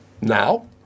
now